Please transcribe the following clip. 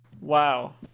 Wow